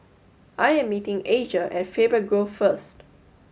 I am meeting Asia at Faber Grove first